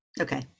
Okay